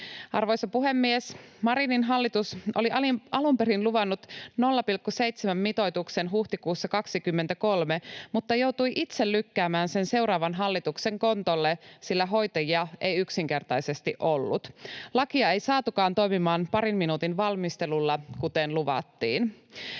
Arvoisa puhemies! Marinin hallitus oli alun perin luvannut 0,7:n mitoituksen huhtikuussa 2023, mutta joutui itse lykkäämään sen seuraavan hallituksen kontolle, sillä hoitajia ei yksinkertaisesti ollut. Lakia ei saatukaan toimimaan parin minuutin valmistelulla, kuten luvattiin.